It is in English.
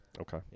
Okay